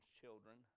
children